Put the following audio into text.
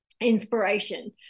inspiration